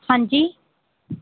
ਹਾਂਜੀ